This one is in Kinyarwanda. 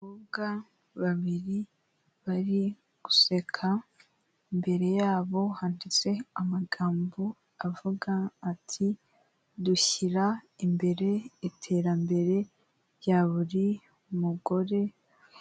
Abakobwa babiri bari guseka, imbere yabo handitse amagambo avuga ati "dushyira imbere iterambere rya buri mugore."